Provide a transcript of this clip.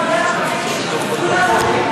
כי זה כל הרובוטים שהם בנו,